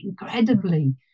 incredibly